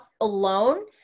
alone